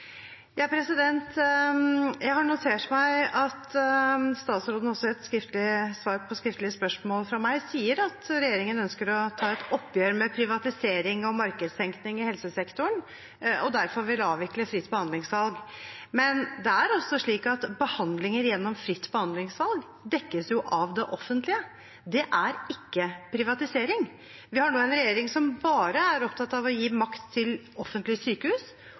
Jeg har notert meg at statsråden også i et svar på et skriftlig spørsmål fra meg sier at regjeringen ønsker å ta et oppgjør med privatisering og markedstenkning i helsesektoren og derfor vil avvikle fritt behandlingsvalg. Men behandlinger gjennom fritt behandlingsvalg dekkes jo av det offentlige. Det er ikke privatisering. Vi har nå en regjering som bare er opptatt av å gi makt til offentlige sykehus